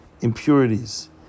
impurities